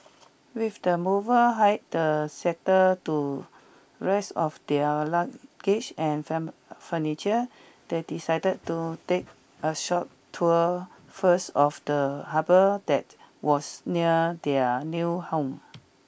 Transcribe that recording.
with the mover hired settle to rest of their luggage and furniture that they decided to take a short tour first of the harbour that was near their new home